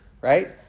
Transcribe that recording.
right